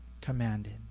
commanded